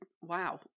Wow